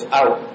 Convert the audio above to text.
out